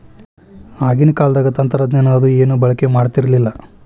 ಆಗಿನ ಕಾಲದಾಗ ತಂತ್ರಜ್ಞಾನ ಅದು ಏನು ಬಳಕೆ ಮಾಡತಿರ್ಲಿಲ್ಲಾ